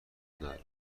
ندارد